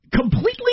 completely